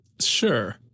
Sure